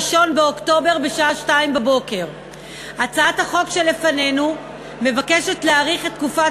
באוקטובר בשעה 02:00. הצעת החוק שלפנינו מבקשת להאריך את תקופת